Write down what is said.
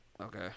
Okay